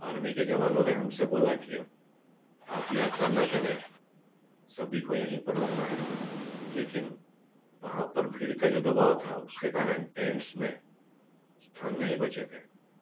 army के ज़वानों ने हमसे बोला कि आप यात्रा न करें सभी को यहीं पर रुकना है लेकिन वहाँ पर भीड़ का जो दबाव था उसके कारण टेन्ट्स में स्थान नहीं बचे थे